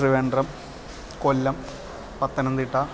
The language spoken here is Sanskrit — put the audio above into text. त्रिवेण्ड्रम् कोल्लं पत्नन्दिट्टा